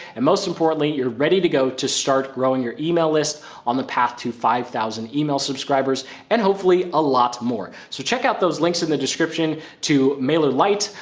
and most importantly, you're ready to go to start growing your email list on the path to five thousand subscribers and hopefully a lot more. so check out those links in the description to mailer light,